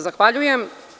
Zahvaljujem.